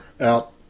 out